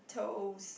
toes